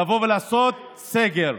לבוא ולעשות סגר.